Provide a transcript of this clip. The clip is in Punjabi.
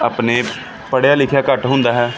ਆਪਣੇ ਪੜ੍ਹਿਆ ਲਿਖਿਆ ਘੱਟ ਹੁੰਦਾ ਹੈ